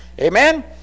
Amen